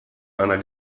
einer